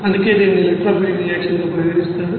అందుకే దీనిని ఎలెక్ట్రోఫిలిక్ రియాక్షన్గా పరిగణిస్తారు